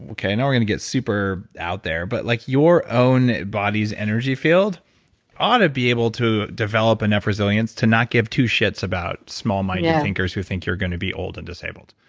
and we're going to get super out there, but like your own body's energy field ought to be able to develop enough resilience to not give two shits about small-minded thinkers who think you're going to be old and disabled